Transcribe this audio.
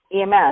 EMS